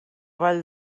vall